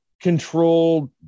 controlled